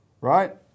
right